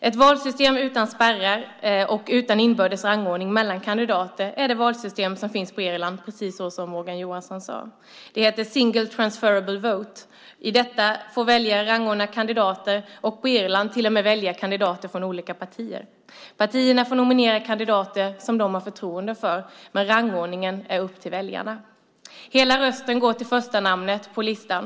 Ett valsystem utan spärrar och utan inbördes rangordning mellan kandidaterna finns på Irland, precis som Morgan Johansson sade. Det heter single transferable vote . I detta system får väljarna rangordna kandidater och på Irland till och med välja kandidater från olika partier. Partierna får nominera kandidater som de har förtroende för, men rangordningen bestäms av väljarna. Hela rösten går till förstanamnet på listan.